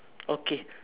okay